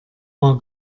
war